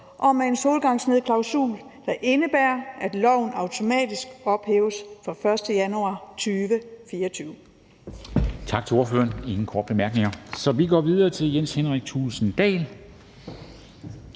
har en solnedgangsklausul, der indebærer, at loven automatisk ophæves fra den 1. januar 2024.